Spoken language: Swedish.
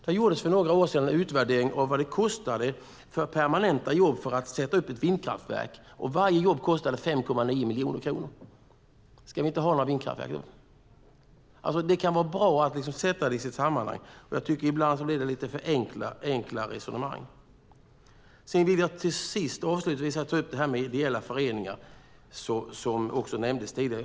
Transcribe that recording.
Där gjordes för några år sedan en utvärdering av vad det kostade i permanenta jobb för att sätta upp ett vindkraftverk. Varje jobb kostade 5,9 miljoner kronor. Ska vi då inte ha några vindkraftverk? Det kan vara bra att sätta in saker i sitt sammanhang. Jag tycker att det ibland blir lite för enkla resonemang. Jag vill avslutningsvis ta upp de ideella föreningarna, som nämndes tidigare.